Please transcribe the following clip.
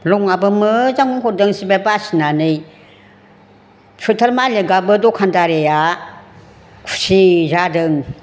रङाबो मोजां हरदों सिबाय बासिनानै सुइटार मालिखआबो दखानदारिया खुसि जादों